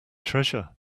treasure